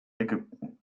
ägypten